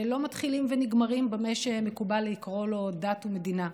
שלא מתחילים ונגמרים במה שמקובל לקרוא לו "דת ומדינה".